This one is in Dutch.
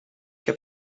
heb